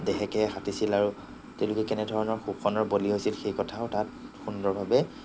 দেহে কেহে খাটিছিল আৰু তেওঁলোকে কেনেধৰণৰ শোষণৰ বলি হৈছিল সেই কথাও তাত সুন্দৰভাৱে